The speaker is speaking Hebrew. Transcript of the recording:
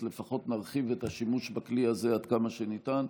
אז לפחות נרחיב את השימוש בכלי הזה עד כמה שניתן.